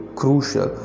crucial